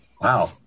Wow